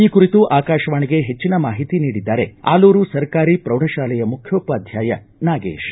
ಈ ಕುರಿತು ಆಕಾಶವಾಣಿಗೆ ಹೆಚ್ಚಿನ ಮಾಹಿತಿ ನೀಡಿದ್ದಾರೆ ಆಲೂರು ಸರ್ಕಾರಿ ಪ್ರೌಢಶಾಲೆಯ ಮುಖ್ಯೋಪಾಧ್ಯಯ ನಾಗೇಶ್